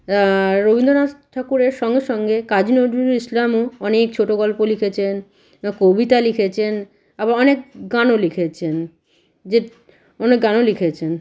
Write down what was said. রবীন্দ্রনাথ ঠাকুরের সঙ্গে সঙ্গে কাজী নজরুল ইসলামও অনেক ছোটো গল্প লিখেছেন কবিতা লিখেছেন আবার অনেক গানও লিখেছেন যে উনি গানও লিখেছেন